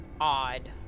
odd